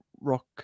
rock